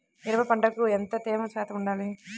మిరప పంటకు ఎంత తేమ శాతం వుండాలి?